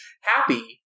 happy